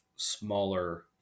smaller